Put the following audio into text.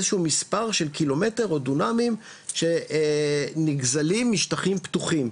איזה שהוא מספר של קילומטר או דונמים שנגזלים משטחים פתוחים,